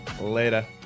Later